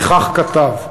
וכך כתב: